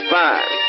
five